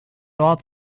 all